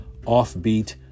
offbeat